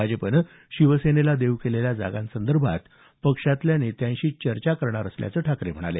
भाजपनं शिवसेनेला देऊ केलेल्या जागांसंदर्भात पक्षातल्या नेत्यांशी चर्चा करणार असल्याचं ठाकरे म्हणाले